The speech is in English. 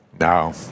No